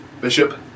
Bishop